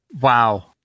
wow